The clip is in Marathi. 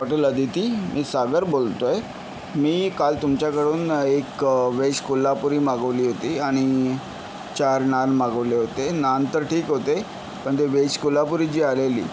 हॉटेल अदिती मी सागर बोलतो आहे मी काल तुमच्याकडून एक वेज कोल्हापुरी मागवली होती आणि चार नान मागवले होते नान तर ठीक होते पण ते वेज कोल्हापुरी जी आलेली